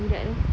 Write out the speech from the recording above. budak tu